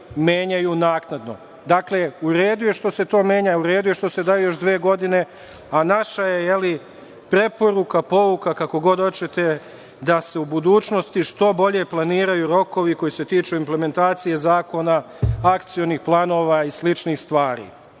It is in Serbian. menjaju naknadno. U redu je što se to menja, u redu je što se daju još dve godine, a naša je preporuka, pouka, kako god hoćete, da se u budućnosti što bolje planiraju rokovi koji se tiču implementacije zakona, akcionih planova i sličnih stvari.